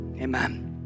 Amen